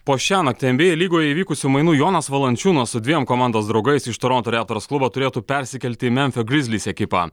po šiąnakt nba lygoje įvykusių mainų jonas valančiūnas su dviem komandos draugais iš toronto raptors klubo turėtų persikelti į memfio grizlis ekipą